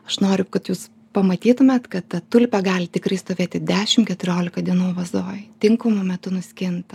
aš noriu kad jūs pamatytumėt kad ta tulpė gali tikrai stovėti dešim keturiolika dienų vazoj tinkamu metu nuskinta